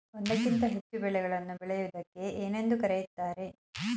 ಒಂದಕ್ಕಿಂತ ಹೆಚ್ಚು ಬೆಳೆಗಳನ್ನು ಬೆಳೆಯುವುದಕ್ಕೆ ಏನೆಂದು ಕರೆಯುತ್ತಾರೆ?